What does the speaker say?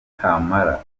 kamara